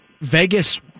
Vegas